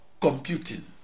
computing